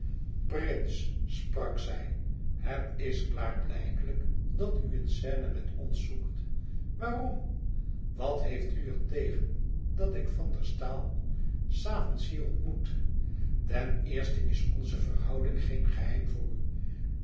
prins sprak zij het is klaarblijkelijk dat u een scène met ons zoekt waarom wat heeft u er tegen dat ik van der staal s avonds hier ontmoet ten eerste is onze verhouding geen geheim voor u